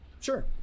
Sure